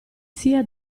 sia